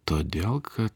todėl kad